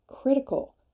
critical